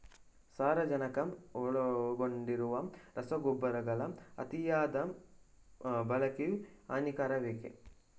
ಸಾರಜನಕ ಒಳಗೊಂಡಿರುವ ರಸಗೊಬ್ಬರಗಳ ಅತಿಯಾದ ಬಳಕೆಯು ಹಾನಿಕಾರಕವೇ?